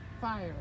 fire